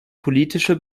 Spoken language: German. politische